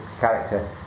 character